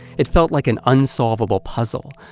it felt like an unsolvable puzzle,